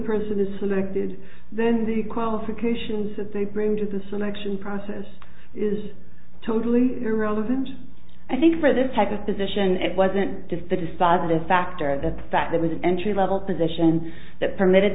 person is selected then the qualifications of the broom to the selection process is totally irrelevant i think for this type of position it wasn't just the decide this factor the fact there was an entry level position that permitted